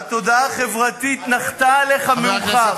התודעה החברתית נחתה עליך מאוחר.